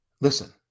Listen